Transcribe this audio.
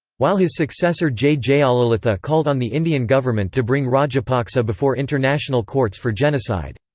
while his successor j. jayalalithaa called on the indian government to bring rajapaksa before international courts for genocide.